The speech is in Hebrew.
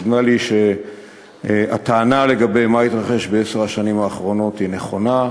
נדמה לי שהטענה לגבי מה שהתרחש בעשר השנים האחרונות היא נכונה.